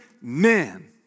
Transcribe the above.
men